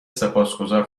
سپاسگذار